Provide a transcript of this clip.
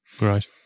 Right